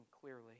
clearly